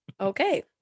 okay